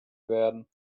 werden